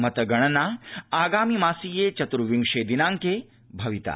मतगणना आगामि मासीये चत्र्विशे दिनाड़के भविता